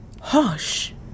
hush